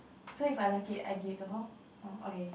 so if I like it I give it to her lor orh okay